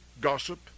gossip